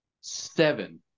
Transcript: Seven